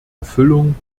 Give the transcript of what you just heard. erfüllung